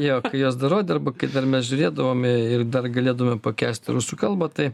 jo kai juos dar rodė arba kai dar mes žiūrėdavome ir dar galėdavome pakęsti rusų kalbą tai